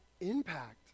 impact